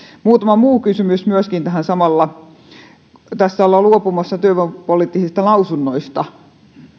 muutama muu kysymys myöskin tähän samalla tässä ollaan luopumassa työvoimapoliittisista lausunnoista